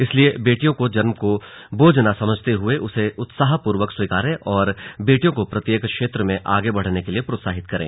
इसलिए बेटियों के जन्म को बोझ न समझते हुए उसे उत्साह पूर्वक स्वीकारें और बेटियों को प्रत्येक क्षेत्र में आगे बढ़ाने के लिए प्रोत्साहित करें